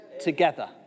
together